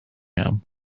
him